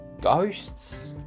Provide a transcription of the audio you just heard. ghosts